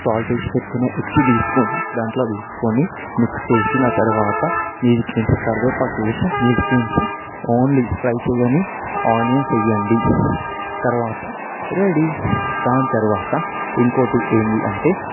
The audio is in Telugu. సాల్ట్ వేసి పెట్టుకున్న ఎగ్స్ తీసుకొని దాంట్లో వేసుకొని మిక్స్ చేసిన తరువాత మీదినుంచి కరివేపాకు వేసి మీదినుంచి ఓన్లీ ఫ్రై చేయని ఆనియన్స్ వేయండి తరువాత రెడీ దాని తరువాత ఇంకొకటి ఏంటి అంటే